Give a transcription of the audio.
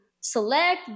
select